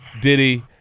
Diddy